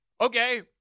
okay